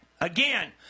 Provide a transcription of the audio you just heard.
again